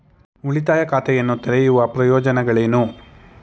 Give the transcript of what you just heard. ಉಳಿತಾಯ ಖಾತೆಯನ್ನು ತೆರೆಯುವ ಪ್ರಯೋಜನಗಳೇನು?